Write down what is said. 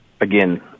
again